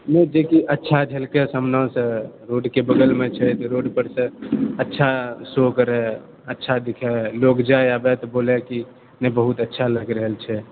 ओ जेकि अच्छा झलकै सामनासंँ रोडके बगलमे छै तऽ रोड पर से अच्छा शो करए अच्छा दिखए लोग जा आबए तऽ बोलए कि नहि बहुत अच्छा लागि रहल छै